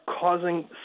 causing